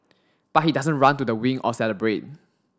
but he doesn't run to the wing or celebrate